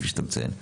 כפי שאתה מציין.